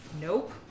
Nope